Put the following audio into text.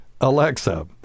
Alexa